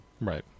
Right